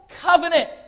covenant